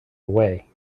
away